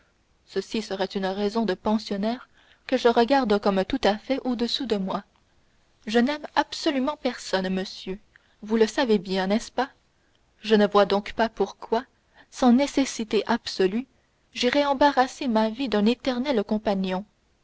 ceci serait une raison de pensionnaire que je regarde comme tout à fait au-dessous de moi je n'aime absolument personne monsieur vous le savez bien n'est-ce pas je ne vois donc pas pourquoi sans nécessité absolue j'irais embarrasser ma vie d'un éternel compagnon